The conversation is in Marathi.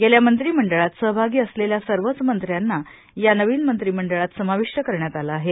गेल्या मंत्रीमंडळात सहभागी असलेल्या सर्वच मंत्र्यांना या नवीन मंत्रीमंडळात समाविष्ट करण्यात आलं आहे